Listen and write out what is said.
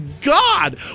God